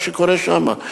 מה שקורה שם,